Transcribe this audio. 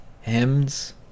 hymns